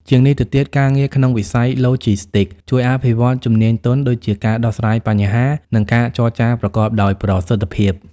ជាងនេះទៅទៀត ការងារក្នុងវិស័យឡូជីស្ទីកជួយអភិវឌ្ឍជំនាញទន់ ដូចជាការដោះស្រាយបញ្ហា និងការចរចាប្រកបដោយប្រសិទ្ធភាព។